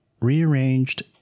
rearranged